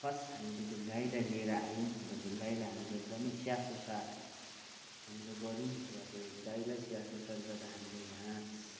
first हामीले त्यो गाईलाई लिएर आयौँ र त्यो गाईलाई हामीले एकदमै स्याहार सुसार हामीले गऱ्यौँ र त्यो गाईलाई स्याहार सुसार गर्दा हामीले घाँस